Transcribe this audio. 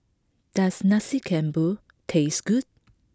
does Nasi Campur taste good